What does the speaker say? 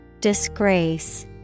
Disgrace